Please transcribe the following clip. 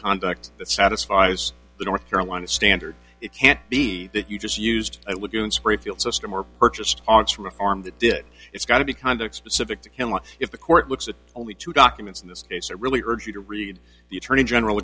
conduct that satisfies the north carolina standard it can't be that you just used it with you in springfield system or purchased from a farm that did it's got to be conduct specific to killa if the court looks at only two documents in this case it really urge you to read the attorney general